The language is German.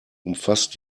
umfasst